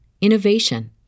innovation